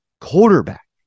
quarterback